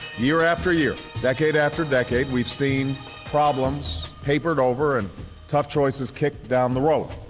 year after year, decade after decade, we've seen problems papered over and top choices kicked down the road.